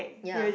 ya